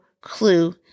clue